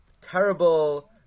terrible